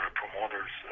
promoters